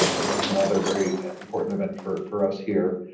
which is another very important event for for us here.